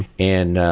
and,